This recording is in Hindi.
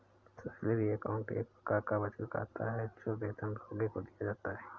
सैलरी अकाउंट एक प्रकार का बचत खाता है, जो वेतनभोगी को दिया जाता है